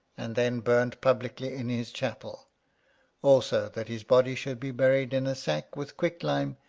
and then burned publicly in his chapel also that his body should be buried in a sack with quicklime,